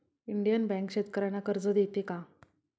Indian Bank शेतकर्यांना कर्ज देते का?